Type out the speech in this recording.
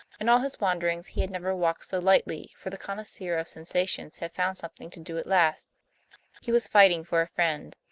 in all his wanderings he had never walked so lightly, for the connoisseur of sensations had found something to do at last he was fighting for a friend.